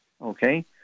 okay